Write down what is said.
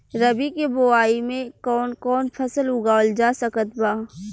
रबी के बोआई मे कौन कौन फसल उगावल जा सकत बा?